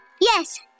Yes